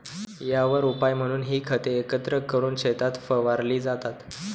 यावर उपाय म्हणून ही खते एकत्र करून शेतात फवारली जातात